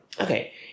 okay